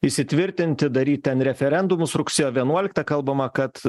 įsitvirtinti daryt ten referendumus rugsėjo vienuoliktą kalbama kad